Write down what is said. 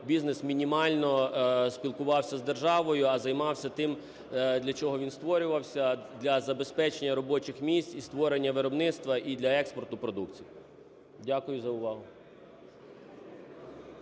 бізнес мінімально спілкувався з державою, а займався тим, для чого він створювався: для забезпечення робочих місць і створення виробництва, і для експорту продукції. Дякую за увагу.